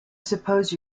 suppose